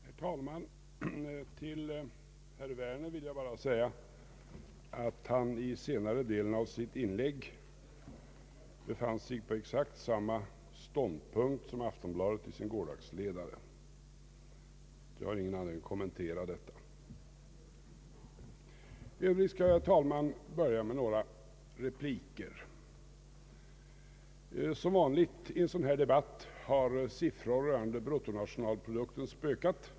Herr talman! Till herr Werner vill jag bara säga att han i senare delen av sitt inlägg intog exakt samma ståndpunkt som Aftonbladet i dess gårdagsledare. Jag har ingen anledning att kommentera detta. Jag skall, herr talman, börja med några repliker. Som vanligt i en sådan här debatt har siffror rörande bruttonationalprodukten spökat.